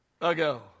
ago